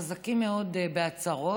חזקים מאוד בהצהרות,